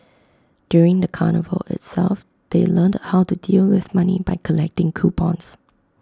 during the carnival itself they learnt how to deal with money by collecting coupons